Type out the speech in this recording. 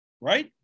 right